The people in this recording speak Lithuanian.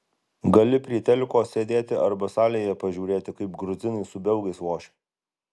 gali prie teliko sėdėti arba salėje pažiūrėti kaip gruzinai su belgais lošia